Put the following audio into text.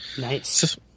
Nice